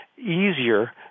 easier